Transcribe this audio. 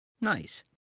nice